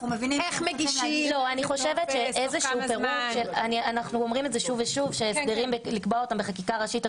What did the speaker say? אנחנו אומרים שוב ושוב שלקבוע הסדרים בחקיקה ראשית,